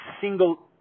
single